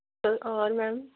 अव अवाज आई